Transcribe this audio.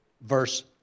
verse